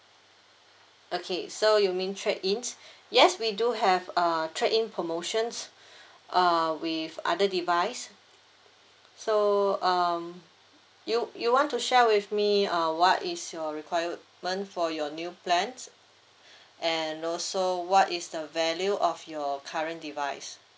okay so you mean trade in yes we do have uh trade in promotions uh with other device so um you you want to share with me err what is your requirement for your new plans and also what is the value of your current device